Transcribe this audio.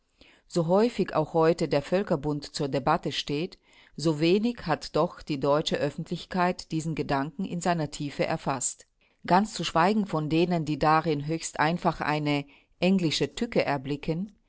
so häufig auch heute der völkerbund zur debatte steht so wenig hat doch die deutsche öffentlichkeit diesen gedanken in seiner tiefe erfaßt ganz zu schweigen von denen die darin höchst einfach eine englische tücke erblicken